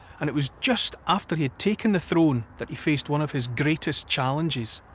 and it was just after he had taken the throne that he faced one of his greatest challenges.